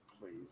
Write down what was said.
Please